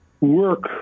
Work